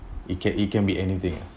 it can it can be anything ah